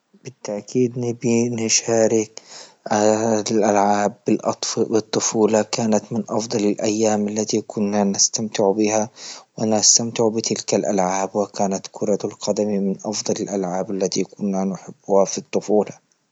بتأكيد نبي نشارك هذه الألعاب، الأ- لطفولة كانت من أفضل الايام اللتي كنا نستمتع بها ونستمتع بتلك ألعاب، وكانت كرة القدم من أفضل الألعاب التي كنا نحبها في الطفولة.